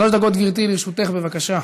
שלוש דקות לרשותך, גברתי, בבקשה.